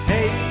Hey